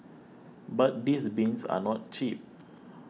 but these bins are not cheap